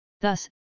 Thus